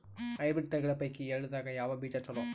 Hybrid ತಳಿಗಳ ಪೈಕಿ ಎಳ್ಳ ದಾಗ ಯಾವ ಬೀಜ ಚಲೋ?